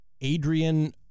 Adrian